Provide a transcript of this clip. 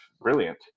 brilliant